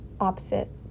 opposite